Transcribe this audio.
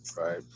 right